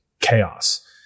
chaos